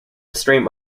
stream